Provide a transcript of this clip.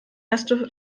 erste